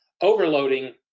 overloading